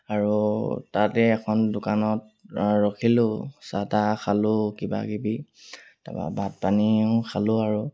আৰু তাতে এখন দোকানত ৰখিলোঁ চাহ তাহ খালোঁ কিবাকিবি তাৰপৰা ভাত পানীও খালোঁ আৰু